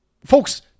folks